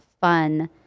fun